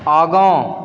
आगाँ